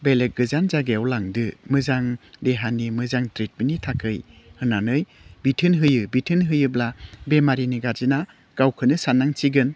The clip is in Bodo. बेलेग गोजान जायगायाव लांदो मोजां देहानि मोजां ट्रिटमेन्टनि थाखाय होन्नानै बिथोन होयो बिथोन होयोब्ला बेमारिनि गारजेना गावखौनो साननांसिगोन